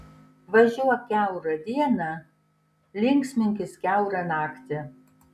važiuok kiaurą dieną linksminkis kiaurą naktį